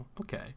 okay